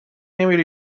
نمیره